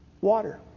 water